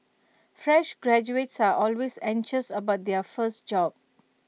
fresh graduates are always anxious about their first job